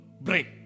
break